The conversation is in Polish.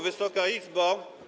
Wysoka Izbo!